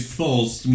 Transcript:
false